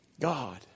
God